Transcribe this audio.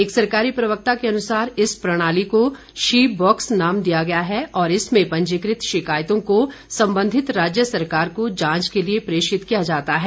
एक सरकारी प्रवक्ता के अनुसार इस प्रणाली को शी बॉक्स नाम दिया गया है और इसमें पंजीकृत शिकायतों को संबंधित राज्य सरकार को जांच के लिए प्रेषित किया जाता है